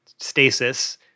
Stasis